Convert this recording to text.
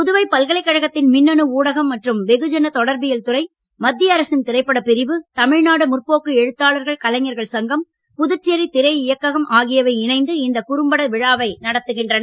புதுவை பல்கலைக்கழகத்தின் மின்னணு ஊடகம் மற்றும் வெகுஜன தொடர்பியல் துறை மத்திய அரசின் திரைப்பட பிரிவு தமிழ்நாடு முற்போக்கு எழுத்தாளர்கள் கலைஞர்கள் சங்கம் புதுச்சேரி திரை இயக்கம் ஆகியவை இணைந்து இந்த குறும்பட விழாவை நடத்துகின்றன